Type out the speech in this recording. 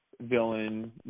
villain